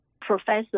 Professor